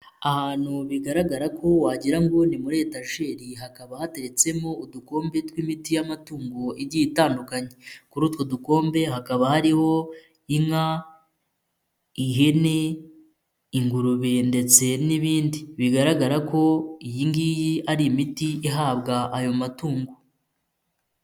Ahantu bigaragara ko wagira ngo ni muri etajeri hakaba hatetsemo udukombe tw'imiti y'amatungo igiye itandukanye, kuri utwo dukombe hakaba hariho inka, ihene, ingurube, ndetse n'ibindi, bigaragara ko iyi ngiyi ari imiti ihabwa ayo matungo.